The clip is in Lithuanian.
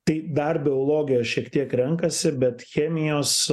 tai dar biologiją šiek tiek renkasi bet chemijos